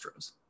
Astros